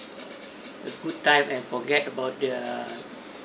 a good time and forget about their